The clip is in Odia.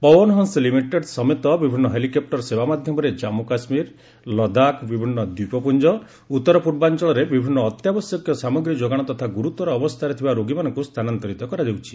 ପଓ୍ୱନହଂନ ଲିମିଟେଡ୍ ସମେତ ବିଭିନ୍ନ ହେଲିକପ୍ଟର ସେବା ମାଧ୍ୟମରେ ଜାନ୍ପୁ କାଶ୍ମୀର ଲଦାଖ ବିଭିନ୍ନ ଦ୍ୱୀପପୁଞ୍ଜ ଉତ୍ତରପୂର୍ବାଞ୍ଚଳରେ ବିଭିନ୍ନ ଅତ୍ୟାବଶ୍ୟକ ସାମଗ୍ରୀ ଯୋଗାଣ ତଥା ଗୁରୁତର ଅବସ୍ଥାରେ ଥିବା ରୋଗୀମାନଙ୍କୁ ସ୍ଥାନାନ୍ତରିତ କରାଯାଉଛି